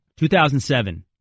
2007